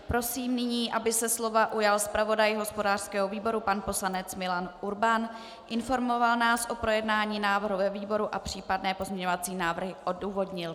Prosím nyní, aby se slova ujal zpravodaj hospodářského výboru pan poslanec Milan Urban, informoval nás o projednání ve výboru a případné pozměňovací návrhy odůvodnil.